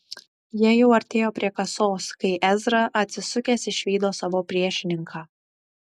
jie jau artėjo prie kasos kai ezra atsisukęs išvydo savo priešininką